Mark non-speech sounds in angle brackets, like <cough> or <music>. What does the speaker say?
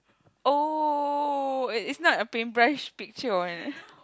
oh eh it's not a paintbrush picture one <breath>